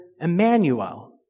Emmanuel